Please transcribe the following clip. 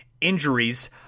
injuries